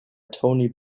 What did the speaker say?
tony